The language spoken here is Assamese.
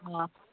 অ'